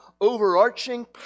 overarching